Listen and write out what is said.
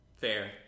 fair